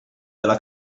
della